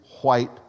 white